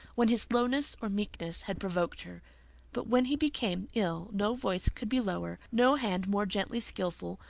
when his slowness or meekness had provoked her but when he became ill no voice could be lower, no hand more gently skillful,